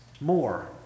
more